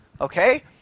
Okay